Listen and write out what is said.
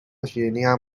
شیرینیم